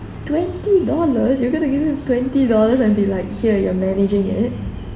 twenty dollars you going to give me twenty dollars and be like here you are managing it